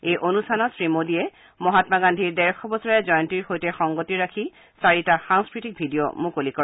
এই অনুষ্ঠানত শ্ৰীমোডীয়ে মহামা গান্ধীৰ ডেৰশ বছৰীয়া জয়ন্তীৰ লগত সংগতি ৰাখি চাৰিটা সাংস্কৃতিক ভিডিঅ' মুকলি কৰে